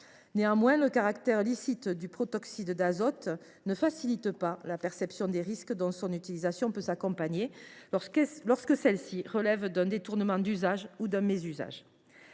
Néanmoins, le caractère licite du protoxyde d’azote ne facilite pas la perception des risques dont son utilisation peut s’accompagner, lorsque celle ci relève d’un détournement d’usage ou d’un mésusage.